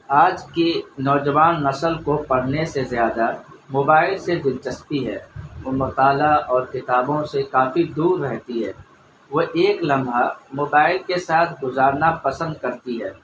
آج کی نوجوان نسل کو پڑھنے سے زیادہ موبائل سے دلچسپی ہے وہ مطالعہ اور کتابوں سے کافی دور رہتی ہے وہ ایک لمحہ موبائل کے ساتھ گزارنا پسند کرتی ہے